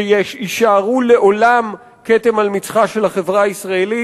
שיישארו לעולם כתם על מצחה של החברה הישראלית,